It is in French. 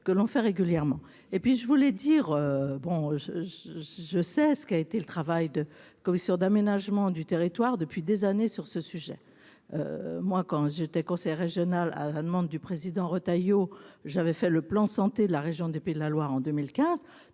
que l'on fait régulièrement et puis je voulais dire, bon je, je sais ce qui a été le travail de commissions d'aménagement du territoire depuis des années sur ce sujet, moi quand j'étais conseiller régional, à la demande du président Retailleau j'avais fait le plan santé de la région des Pays de la Loire en 2015